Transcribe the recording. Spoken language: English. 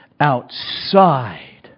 outside